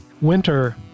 winter